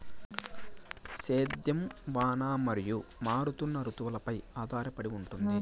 సేద్యం వాన మరియు మారుతున్న రుతువులపై ఆధారపడి ఉంటుంది